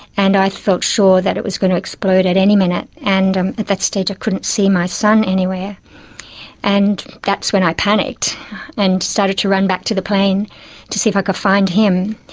and i felt sure that it was going to explode at any minute, and and at that stage i couldn't see my son anywhere and that's when i panicked and started to run back to the plane to see if i could find him,